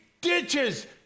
ditches